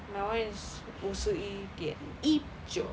my [one] is 五十一点一九